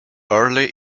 early